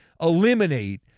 eliminate